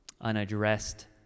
unaddressed